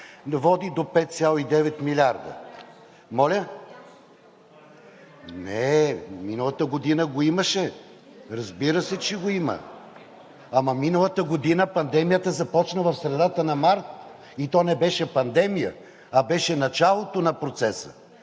представител Мария Капон.) Нее! Миналата година го имаше. Разбира се, че го има. Ама миналата година пандемията започна в средата на март, и то не беше пандемия, а беше началото на процеса,